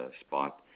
spot